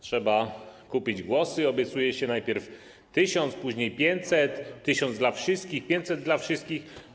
trzeba kupić głosy i obiecuje się najpierw 1 tys., później 500, 1 tys. dla wszystkich, 500 dla wszystkich.